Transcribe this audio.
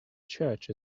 church